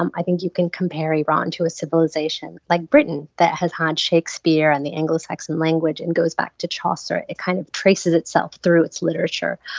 um i think you can compare iran to a civilization like britain that has had shakespeare and the anglo-saxon language and goes back to chaucer. it kind of traces itself through its literature.